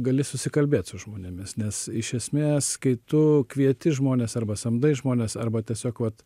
gali susikalbėt su žmonėmis nes iš esmės kai tu kvieti žmones arba samdai žmones arba tiesiog vat